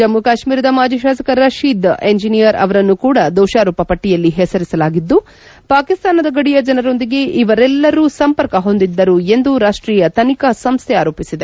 ಜಮ್ಮ ಕಾಶ್ಮೀರದ ಮಾಜಿ ಶಾಸಕ ರಶೀದ್ ಎಂಜೀನಿಯರ್ ಅವರನ್ನು ಕೂಡ ದೋಷಾರೋಪ ಪಟ್ಟಯಲ್ಲಿ ಹೆಸರಿಸಲಾಗಿದ್ದು ಪಾಕಿಸ್ತಾನದ ಗಡಿಯ ಜನರೊಂದಿಗೆ ಇವರೆಲ್ಲರೂ ಸಂಪರ್ಕ ಹೊಂದಿದ್ದರು ಎಂದು ರಾಷ್ಷೀಯ ತನಿಖೆ ಸಂಸ್ಥೆ ಆರೋಪಿಸಿದೆ